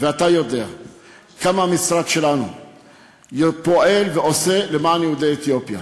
אתה יודע כמה המשרד שלנו פועל ועושה למען יהודי אתיופיה.